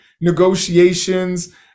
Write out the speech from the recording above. negotiations